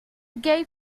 gate